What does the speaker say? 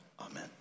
amen